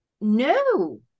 no